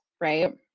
right